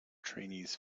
trainees